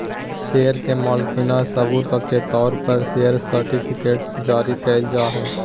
share के मालिकाना सबूत के तौर पर शेयर सर्टिफिकेट्स जारी कइल जाय हइ